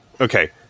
Okay